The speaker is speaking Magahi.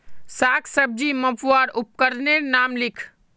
साग सब्जी मपवार उपकरनेर नाम लिख?